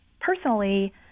personally